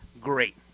great